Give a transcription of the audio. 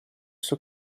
suo